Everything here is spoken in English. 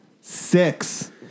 Six